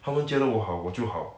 他们觉得我好我就好